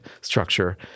structure